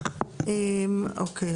אוקיי.